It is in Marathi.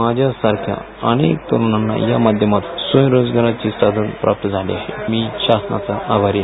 माझ्याच सारख्या अनेक तरुणांना या माध्यमातून स्वयंरोजगाराचे साधन प्राप्त झाले आहे माज्ञासनाचा आभाराआहे